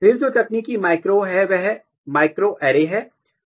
फिर जो तकनीक माइक्रोएरे है